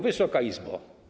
Wysoka Izbo!